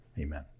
Amen